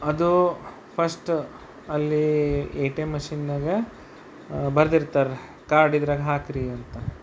ಅದು ಫಸ್ಟ್ ಅಲ್ಲಿ A T M ಮಷಿನ್ನಾಗ ಬರ್ದಿರ್ತಾರೆ ಕಾರ್ಡ್ ಇದ್ರಾಗೆ ಹಾಕ್ರಿ ಅಂತ